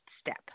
step